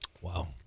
Wow